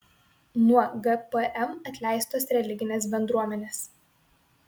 nuo gpm atleistos religinės bendruomenės